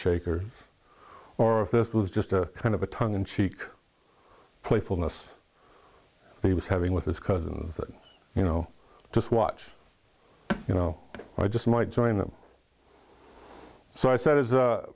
shaker or if this was just a kind of a tongue in cheek playfulness he was having with his cousins that you know just watch you know i just might join them so i